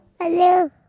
Hello